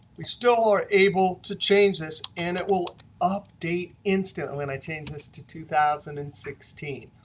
we still are able to change this. and it will update instantly when i change this to two thousand and sixteen.